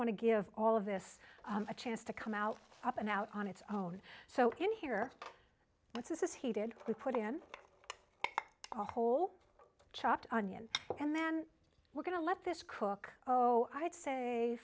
want to give all of this a chance to come out up and out on its own so in here it's this is heated we put in a whole chopped onion and then we're going to let this cook oh i'd say